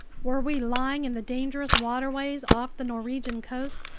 were we lying in the dangerous waterways off the norwegian coast?